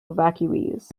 evacuees